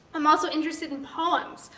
i'm also interested in poems.